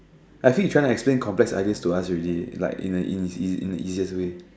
I see he trying to explain complex ideas to us already like in a in his in in a easiest way